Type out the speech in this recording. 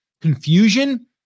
confusion